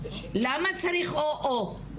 למה צריך או-או.